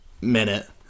minute